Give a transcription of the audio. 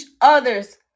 others